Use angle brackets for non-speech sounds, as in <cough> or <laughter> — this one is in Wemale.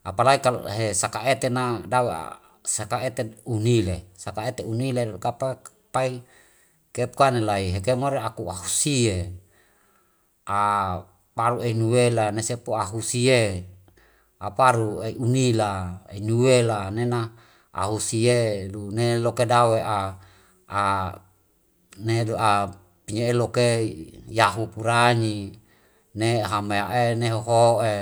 Apalai kalo ehe saka etena dau <hesitation> saka ete unile, saka ete unile kapa pai keu pukana lai heke more aku ahusie. <hesitation> palu ei nuela nasepu ahusie aparu ei unila nuela nena ahusie lu ne loke dau'e anelu pinye'e lokei yahu puranyi ne ahame'e ne hoho'e